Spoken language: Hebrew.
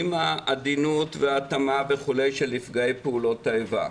עם העדינות וההתאמה של נפגעי פעולות האיבה.